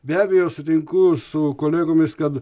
be abejo sutinku su kolegomis kad